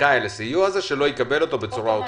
שזכאי לסיוע הזה שלא יקבל אותו בצורה אוטומטית.